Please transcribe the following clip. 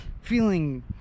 feeling